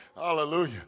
Hallelujah